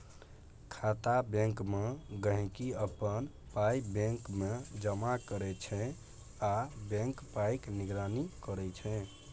खाता बैंकमे गांहिकी अपन पाइ बैंकमे जमा करै छै आ बैंक पाइक निगरानी करै छै